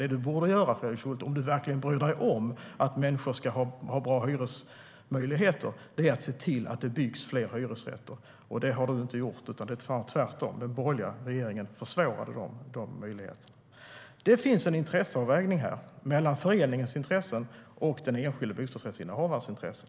Det Fredrik Schulte borde göra, om han verkligen bryr sig om att människor har bra hyresmöjligheter, är att se till att det byggs fler hyresrätter. Det har han inte gjort. I stället försvårade den borgerliga regeringen den möjligheten. Här finns en intresseavvägning mellan föreningens intressen och den enskilda bostadsrättshavarens intressen.